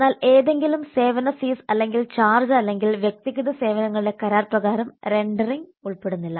എന്നാൽ ഏതെങ്കിലും സേവന ഫീസ് അല്ലെങ്കിൽ ചാർജ് അല്ലെങ്കിൽ വ്യക്തിഗത സേവനങ്ങളുടെ കരാർ പ്രകാരം റെൻഡറിംഗ് ഉൾപ്പെടുന്നില്ല